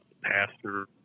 pastor